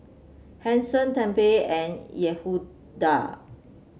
Hanson Tempie and Yehuda